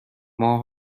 ماه